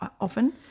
often